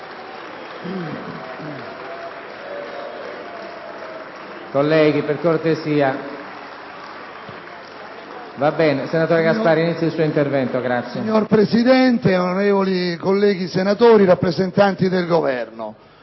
Signor Presidente, onorevoli colleghi senatori, rappresentanti del Governo,